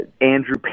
Andrew